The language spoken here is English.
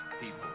people